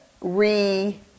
re-